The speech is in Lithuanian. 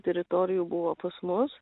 teritorijų buvo pas mus